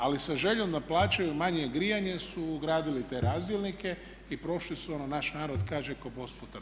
Ali sa željom da plaćaju manje grijanje su ugradili te razdjelnike i prošli su ono naš narod kaže "ko bos po trnju"